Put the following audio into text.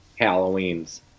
Halloweens